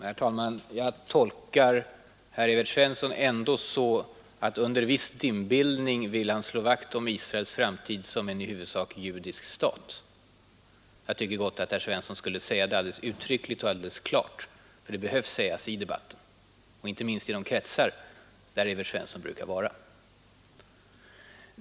Herr talman! Jag tolkar Evert Svensson så att han under viss dimbildning ändå vill slå vakt om Israels framtid som en i huvudsak judisk stat. Jag tycker gott att herr Svensson kunde säga det uttryckligen och alldeles klart. Det behöver nämligen sägas i debatten, inte minst i de kretsar där Evert Svensson brukar vistas.